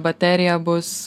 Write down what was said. baterija bus